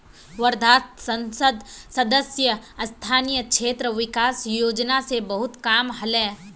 वर्धात संसद सदस्य स्थानीय क्षेत्र विकास योजना स बहुत काम ह ले